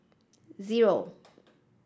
zero